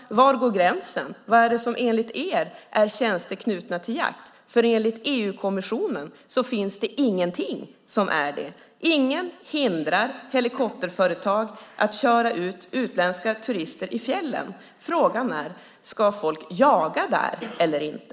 Var går gränsen? Vad är det som enligt er är tjänster knutna till jakt? Enligt EU-kommissionen finns det ingenting som är det. Inget hindrar helikopterföretag att köra ut utländska turister i fjällen. Frågan är: Ska folk jaga där eller inte?